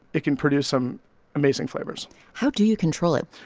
it can produce some amazing flavors how do you control it?